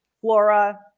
Flora